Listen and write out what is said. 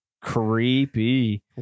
creepy